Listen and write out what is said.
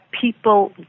people